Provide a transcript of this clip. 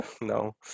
No